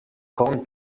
corned